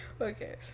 Okay